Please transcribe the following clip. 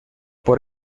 por